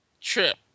trip